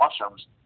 mushrooms